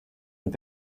und